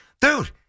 dude